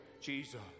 Jesus